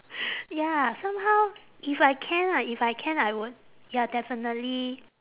ya somehow if I can ah if I can I would ya definitely